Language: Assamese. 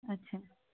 আচ্ছা